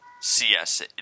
CS